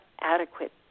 adequate